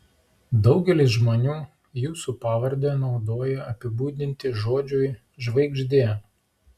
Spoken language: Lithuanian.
daugelis žmonių jūsų pavardę naudoja apibūdinti žodžiui žvaigždė